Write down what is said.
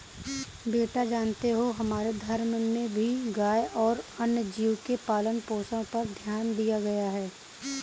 बेटा जानते हो हमारे धर्म ग्रंथों में भी गाय और अन्य जीव के पालन पोषण पर ध्यान दिया गया है